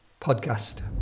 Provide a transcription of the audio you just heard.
podcast